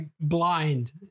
blind